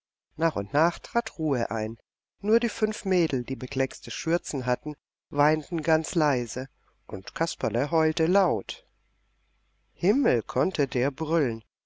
nach und nach trat ruhe ein nur die fünf mädel die bekleckste schürzen hatten weinten ganz leise und kasperle heulte laut himmel konnte der brüllen